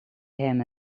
hem